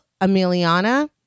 Emiliana